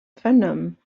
venom